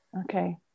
okay